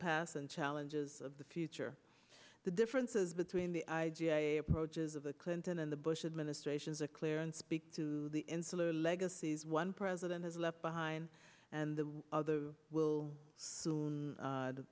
past and challenges of the future the differences between the i ga approaches of the clinton and the bush administrations a clear and speak to the insular legacies one president has left behind and the other will soon